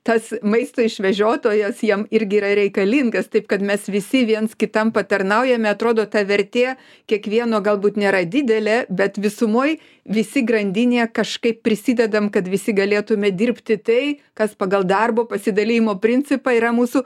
tas maisto išvežiotojas jiem irgi yra reikalingas taip kad mes visi viens kitam patarnaujame atrodo ta vertė kiekvieno galbūt nėra didelė bet visumoj visi grandinėje kažkaip prisidedam kad visi galėtume dirbti tai kas pagal darbo pasidalijimo principą yra mūsų